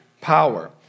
power